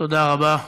תודה רבה,